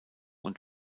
und